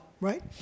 right